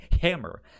hammer